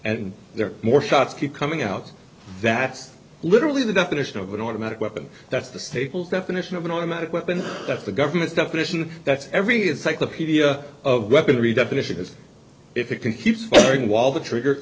and there are more shots keep coming out that's literally the definition of an automatic weapon that's the stable definition of an automatic weapon that's the government's definition that's every encyclopedia of weaponry definition as if it can keep firing while the trigger